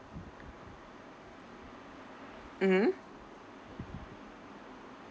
mmhmm